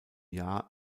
jahr